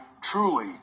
truly